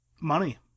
Money